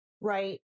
Right